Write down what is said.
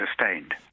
sustained